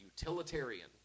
utilitarian